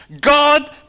God